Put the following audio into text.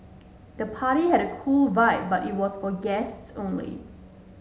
the party had a cool vibe but it was for guests only